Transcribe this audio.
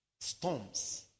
Storms